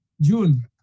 June